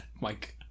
Mike